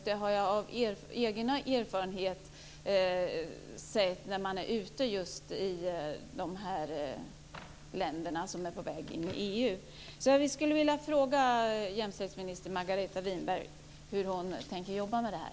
Det vet jag av egen erfarenhet efter att ha varit i dessa ansökarländer.